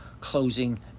closing